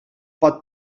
pot